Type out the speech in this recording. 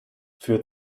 für